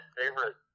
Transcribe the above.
favorite